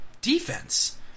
defense